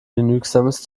genügsames